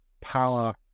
power